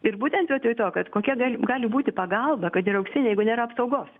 ir būtent vietoj to kad kokia gali būti pagalba kad ir auksinė jeigu nėra apsaugos